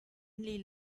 only